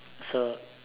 so